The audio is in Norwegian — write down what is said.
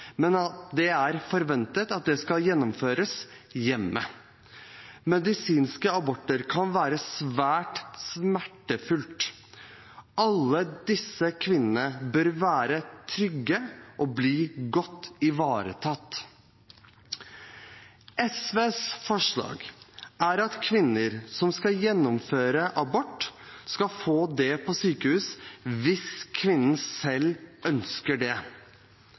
men at det er forventet at den skal gjennomføres hjemme. Medisinske aborter kan være svært smertefulle. Alle disse kvinnene bør være trygge og bli godt ivaretatt. SVs forslag er at kvinner som skal gjennomføre abort, skal få gjennomføre det på sykehus hvis kvinnen selv ønsker det.